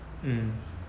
um